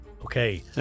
Okay